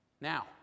Now